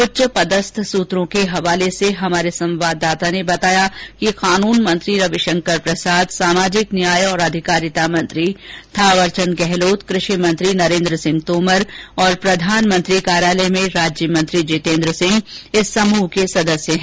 उच्च पदस्थ सूत्रों के हवाले से हमारे संवाददाता ने खबर दी है कि कानून मंत्री रविशंकर प्रसाद सामाजिक न्याय और अधिकारिता मंत्री थावरचन्द गहलोत कृषिमंत्री नरेन्द्र सिंह तोमर और प्रधानमंत्री कार्यालय में राज्यमंत्री जितेन्द्र सिंह इस समूह के सदस्य हैं